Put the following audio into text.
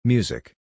Music